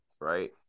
right